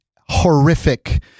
horrific